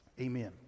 amen